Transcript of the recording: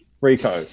Rico